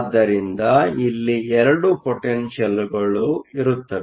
ಆದ್ದರಿಂದ ಇಲ್ಲಿ 2 ಪೊಟೆನ್ಷಿಯಲ್ಗಳು ಇರುತ್ತವೆ